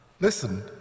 Listen